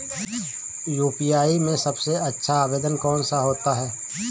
UPI में सबसे अच्छा आवेदन कौन सा होता है?